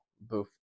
boof